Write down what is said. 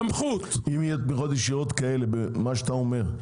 אם יהיו תמיכות ישירות כאלה שאתה אומר,